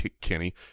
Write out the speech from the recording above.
Kenny